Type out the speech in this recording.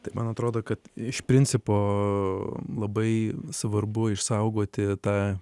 tai man atrodo kad iš principo labai svarbu išsaugoti tą